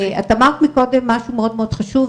את אמרת מקודם משהו מאוד חשוב,